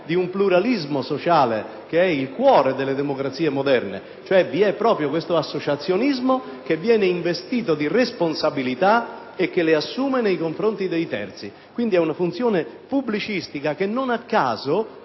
di un pluralismo sociale che è il cuore delle democrazie moderne: cioè proprio l'associazionismo che viene investito di responsabilità e che le assume nei confronti dei terzi. È una funzione pubblicistica che, non a caso